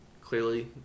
Clearly